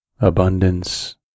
abundance